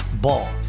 Ball